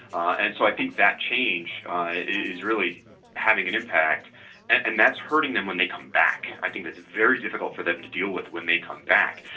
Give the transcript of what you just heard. and so i think that change is really having an impact and that's hurting them when they come back. i think that's very difficult for them to deal with when they come back,